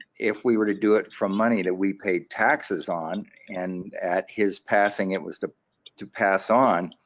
if we were to do it from money that we paid taxes on and at his passing it was to to pass on